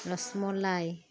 rasmalai